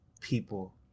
people